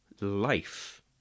life